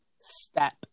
step